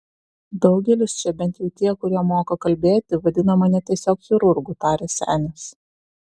daugelis čia bent jau tie kurie moka kalbėti vadina mane tiesiog chirurgu tarė senis